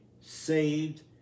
saved